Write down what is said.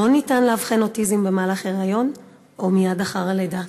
אין אפשרות לאבחן אוטיזם במהלך היריון או מייד אחרי הלידה,